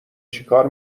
چیکار